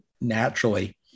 naturally